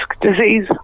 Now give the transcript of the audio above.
disease